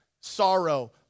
sorrow